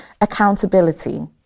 accountability